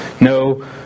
no